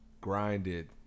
grinded